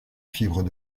fibre